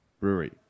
Brewery